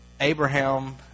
Abraham